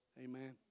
Amen